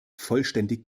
vollständig